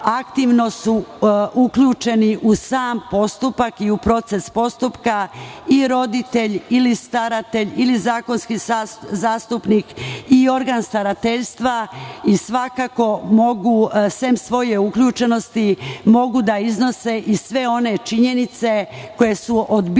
aktivno su uključeni u sam postupak i u proces postupka i roditelji ili staratelj ili zakonski zastupnik i organ starateljstva i svakako mogu, sem svoje uključenosti, da iznose i sve one činjenice koje su od bitnog